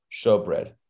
showbread